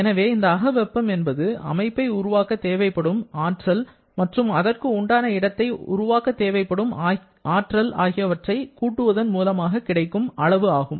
எனவே இந்த அக வெப்பம் என்பது அமைப்பை உருவாக்க தேவைப்படும் ஆற்றல் மற்றும் அதற்கு உண்டான இடத்தை உருவாக்க தேவைப்படும் ஆற்றல் ஆகியவற்றை கூட்டுவதன் மூலமாக கிடைக்கும் அளவு ஆகும்